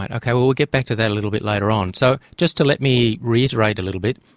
and okay, we'll get back to that a little bit later on. so just to let me reiterate a little bit,